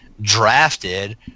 drafted